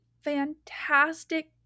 fantastic